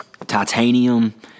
titanium